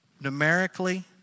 Numerically